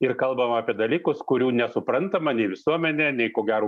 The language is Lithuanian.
ir kalbama apie dalykus kurių nesuprantama nei visuomenė nei ko gero